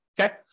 Okay